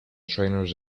trainers